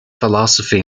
philosophy